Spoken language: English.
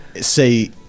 say